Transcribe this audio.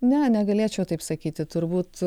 ne negalėčiau taip sakyti turbūt